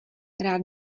rád